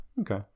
Okay